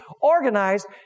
organized